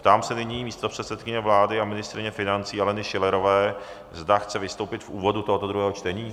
Ptám se nyní místopředsedkyně vlády a ministryně financí Aleny Schillerové, zda chce vystoupit v úvodu tohoto druhého čtení.